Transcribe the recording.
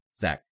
Zach